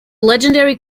legendary